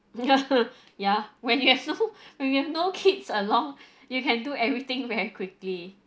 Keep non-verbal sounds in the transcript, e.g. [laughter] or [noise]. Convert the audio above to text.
ya [laughs] ya when you have no [laughs] when you have no kids along you can do everything very quickly